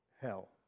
hell